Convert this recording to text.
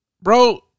Bro